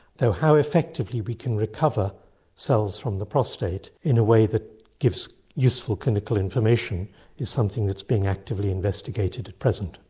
though how effectively we can recover cells from the prostate prostate in a way that gives useful clinical information is something that is being actively investigated at present.